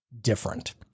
different